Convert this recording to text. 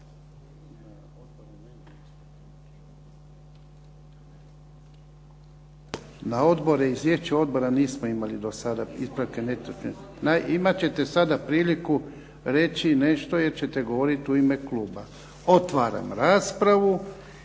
Na odbore izvješće odbora nismo imali do sada … /Govornik se ne razumije./ … Imati ćete sada priliku reći nešto jer ćete govoriti u ime kluba. Otvaram raspravu.